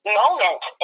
moment